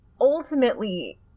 Ultimately